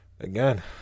Again